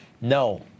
No